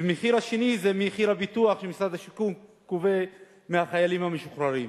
והמחיר השני זה מחיר הפיתוח שמשרד השיכון גובה מהחיילים המשוחררים.